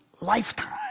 lifetime